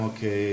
che